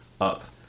up